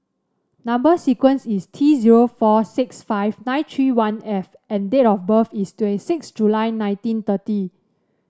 number sequence is T zero four six five nine three one F and date of birth is twenty six July nineteen thirty